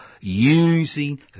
Using